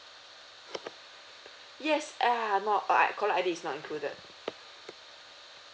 yes ah no uh I caller I_D is not included